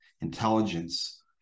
intelligence